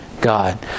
God